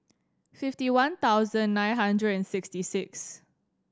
fifty one thousand nine hundred and sixty six